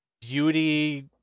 beauty